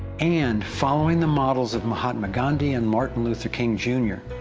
and, following the models of mahatma gandhi and martin luther king, jr,